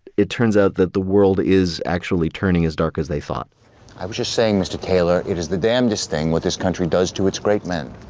it turns out that the world is actually turning as dark as they thought. herman i was just saying, mr. taylor, it is the damnedest thing what this country does to its great men.